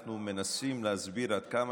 ואנחנו מנסים להסביר עד כמה